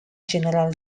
general